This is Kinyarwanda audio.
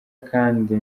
kandi